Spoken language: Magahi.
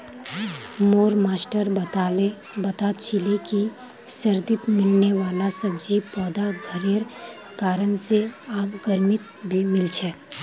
मोर मास्टर बता छीले कि सर्दित मिलने वाला सब्जि पौधा घरेर कारण से आब गर्मित भी मिल छे